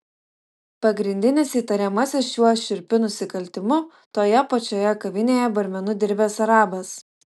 pagrindinis įtariamasis šiuo šiurpiu nusikaltimu toje pačioje kavinėje barmenu dirbęs arabas